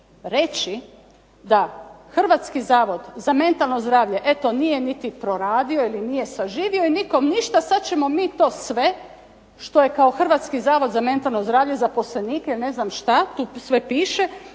da Hrvatski zavod za mentalno zdravlje eto nije niti proradio, ili nije saživio i nikom ništa, sad ćemo mi to sve što je kao Hrvatski zavod za mentalno zdravlje zaposlenike ili ne znam šta, tu sve piše,